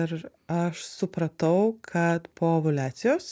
ir aš supratau kad po ovuliacijos